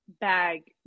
bag